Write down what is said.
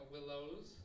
Willows